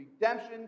redemption